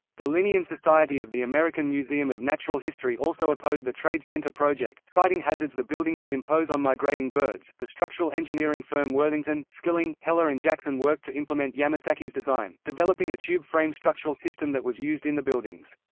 the linnaean society of the american museum of natural history also opposed the trade center project, citing hazards the buildings would impose on migrating birds the structural engineering firm worthington, skilling, helle ah and jackson worked to implement yamasaki's design, developing a tube-frame structural system that was used in the buildings.